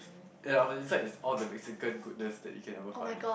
and on the inside it's all the Mexican goodness you can ever find